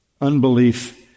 unbelief